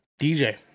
DJ